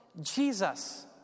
Jesus